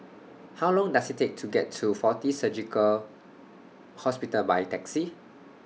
How Long Does IT Take to get to Fortis Surgical Hospital By Taxi